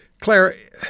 Claire